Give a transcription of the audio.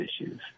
issues